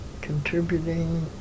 contributing